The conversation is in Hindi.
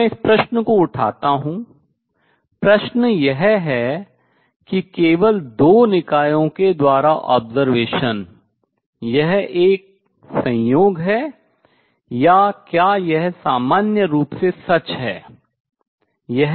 तो मैं इस प्रश्न को उठाता हूँ प्रश्न यह है कि केवल दो निकायों के द्वारा observation अवलोकन यह एक संयोग है या क्या यह सामान्य रूप से सच है